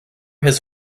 his